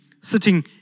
sitting